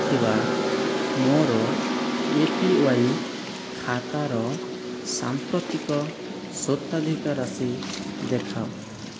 ଥିବା ମୋର A P Y ଖାତାର ସାମ୍ପ୍ରତିକ ସ୍ୱତ୍ୱାଧିକାର ରାଶି ଦେଖାଅ